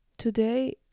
Today